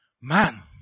Man